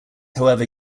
however